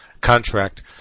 contract